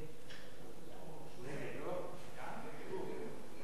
שוויון בקולות, על כן הנושא יוסר